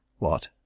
What